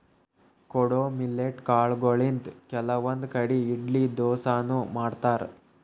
ಕೊಡೊ ಮಿಲ್ಲೆಟ್ ಕಾಲ್ಗೊಳಿಂತ್ ಕೆಲವಂದ್ ಕಡಿ ಇಡ್ಲಿ ದೋಸಾನು ಮಾಡ್ತಾರ್